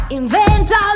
inventa